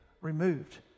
removed